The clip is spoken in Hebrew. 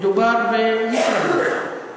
מדובר בישראבלוף.